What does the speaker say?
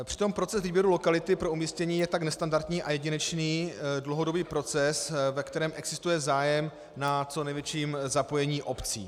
Přitom proces výběru lokality pro umístění je tak nestandardní a jedinečný dlouhodobý proces, ve kterém existuje zájem na co největším zapojení obcí.